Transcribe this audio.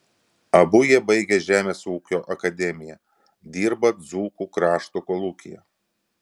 abu jie baigę žemės ūkio akademiją dirbo dzūkų krašto kolūkyje